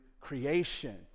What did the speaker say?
creation